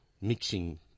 mixing